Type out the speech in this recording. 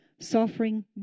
suffering